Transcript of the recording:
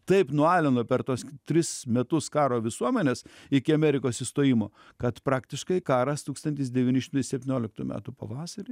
taip nualina per tuos tris metus karo visuomenes iki amerikos įstojimo kad praktiškai karas tūkstantis devyni šimtai septynioliktų metų pavasarį